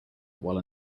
while